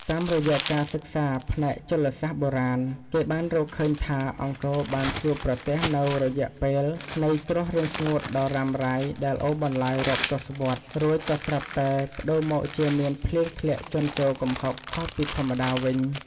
តាមរយៈការសិក្សាផ្នែកជលសាស្ត្របុរាណ គេបានរកឃើញថា អង្គរបានជួបប្រទះនូវរយៈពេលនៃគ្រោះរាំងស្ងួតដ៏រ៉ាំរ៉ៃដែលអូសបន្លាយរាប់ទសវត្សរ៍ រួចក៏ស្រាប់តែប្ដូរមកជាមានភ្លៀងធ្លាក់ជន់ជោរគំហុកខុសពីធម្មតាវិញ។